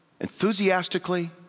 Enthusiastically